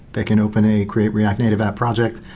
they can open a create react native project.